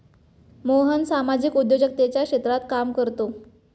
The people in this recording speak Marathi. मोहन सामाजिक उद्योजकतेच्या क्षेत्रात काम करतो